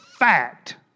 fact